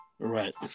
right